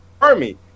army